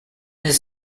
his